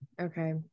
Okay